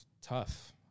tough